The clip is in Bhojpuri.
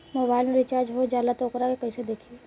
मोबाइल में रिचार्ज हो जाला त वोकरा के कइसे देखी?